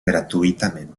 gratuïtament